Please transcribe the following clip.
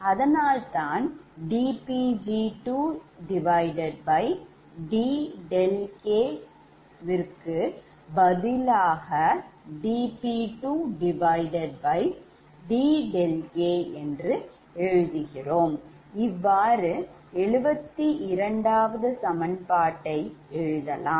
அதனால்தான் dPg2dɗk பதிலாக dP2dɗk எழுதுகிறோம் இவ்வாறு 72 சமன்பாட்டை எழுதலாம்